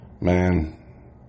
Man